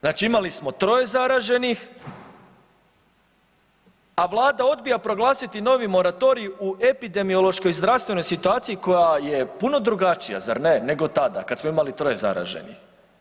Znači imali smo troje zaraženih, a Vlada odbija proglasiti novi moratorij u epidemiološkoj i zdravstvenoj situaciji koja je puno drugačija zar ne nego tada kada smo imali troje zaraženih.